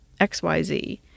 XYZ